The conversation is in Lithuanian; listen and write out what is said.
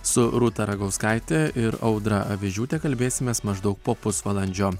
su rūta ragauskaite ir audra avižiūte kalbėsimės maždaug po pusvalandžio